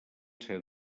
ser